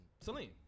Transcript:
Celine